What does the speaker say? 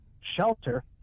shelter